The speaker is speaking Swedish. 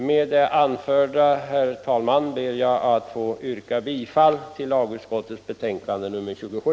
Med det anförda, herr talman, ber jag att få yrka bifall till lagutskottets betänkande nr 27.